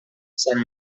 sant